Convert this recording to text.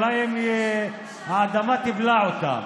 אולי האדמה תבלע אותם,